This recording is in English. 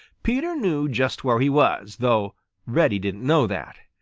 peter knew just where he was, though reddy didn't know that.